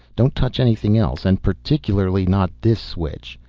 don't touch anything else and particularly not this switch.